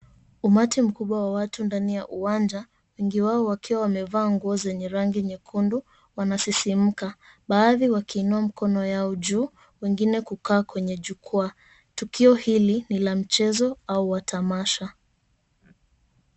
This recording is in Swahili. Umati mkubwa wa watu ndani ya uwanja, wengi wao wakiwa wamevaa nguo zenye rangi nyekundu. Wanasisimuka, baadhi wakiinua mikono yao juu, wengine wakikaa kwenye jukwaa. Tukio hili ni la mchezo au la tamasha.